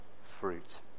fruit